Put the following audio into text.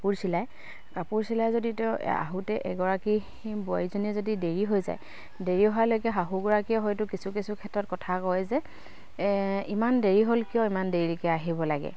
কাপোৰ চিলাই কাপোৰ চিলাই যদি তেওঁ আহোঁতে এগৰাকী বোৱাৰীজনীয়ে যদি দেৰি হৈ যায় দেৰি হোৱালৈকে শাহুগৰাকীয়ে হয়তো কিছু কিছু ক্ষেত্ৰত কথা কয় যে ইমান দেৰি হ'ল কিয় ইমান দেৰিকে আহিব লাগে